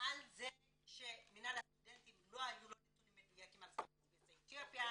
לא היו נתונים מדויקים על סטודנטים יוצאי אתיופיה.